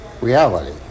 reality